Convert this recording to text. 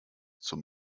zum